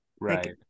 Right